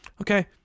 okay